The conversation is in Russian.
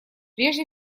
прежде